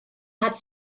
hat